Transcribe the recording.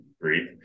breathe